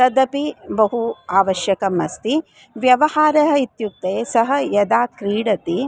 तदपि बहु अवश्यकम् अस्ति व्यवहारः इत्युक्ते सः यदा क्रीडति